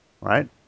right